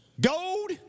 gold